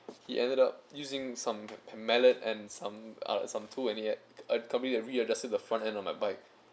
he ended up using some mallet and some other tool that he had completely re-adjusted the front end of my bike